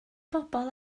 bobl